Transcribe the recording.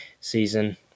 season